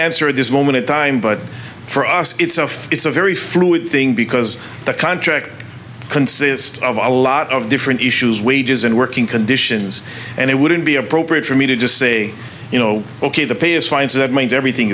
answer at this moment in time but for us it's a it's a very fluid thing because the contract consists of a lot of different issues wages and working conditions and it wouldn't be appropriate for me to just say you know ok the pay is finds that means everything